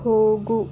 ಹೋಗು